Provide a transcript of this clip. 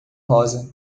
rosa